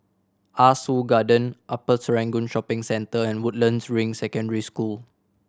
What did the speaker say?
Ah Soo Garden Upper Serangoon Shopping Centre and Woodlands Ring Secondary School